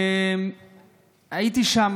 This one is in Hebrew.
הייתי שם.